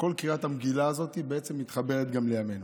כל קריאת המגילה הזאת מתחברת גם לימינו.